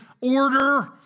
order